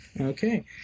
Okay